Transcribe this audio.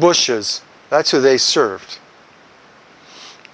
bush's that's who they serve